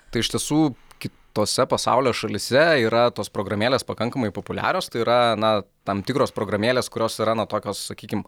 tai iš tiesų kitose pasaulio šalyse yra tos programėlės pakankamai populiarios tai yra na tam tikros programėlės kurios yra na tokios sakykim